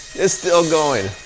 it's still going.